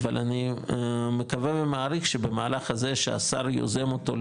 אבל אני מקווה ומעריך שבמהלך הזה שהשר יוזם אותו,